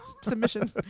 submission